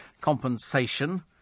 compensation